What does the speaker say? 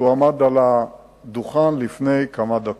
כשהוא עמד על הדוכן לפני כמה דקות.